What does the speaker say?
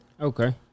Okay